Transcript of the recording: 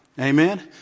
Amen